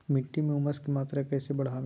मिट्टी में ऊमस की मात्रा कैसे बदाबे?